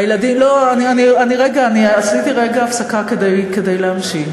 הורים, לא, רגע, אני עשיתי רגע הפסקה כדי להמשיך.